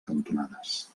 cantonades